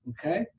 okay